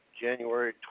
January